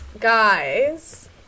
guys